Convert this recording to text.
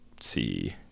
see